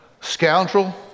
scoundrel